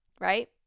right